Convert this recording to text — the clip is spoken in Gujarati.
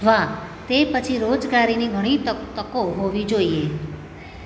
વાહ તે પછી રોજગારીની ઘણી તકો હોવી જોઈએ